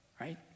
right